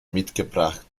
mitgebracht